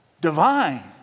divine